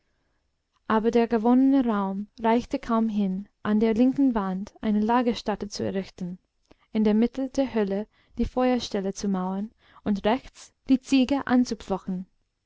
aber der gewonnene raum reichte kaum hin an der linken wand eine lagerstatt zu errichten in der mitte der höhle die feuerstelle zu mauern und rechts die ziege anzupflocken